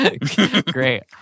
great